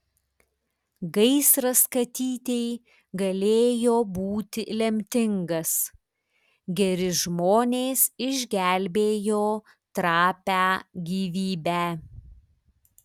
gaisras katytei galėjo būti lemtingas geri žmonės išgelbėjo trapią gyvybę